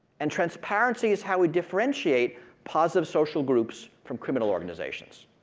and transparency is how we differentiate positive social groups from criminal organizations.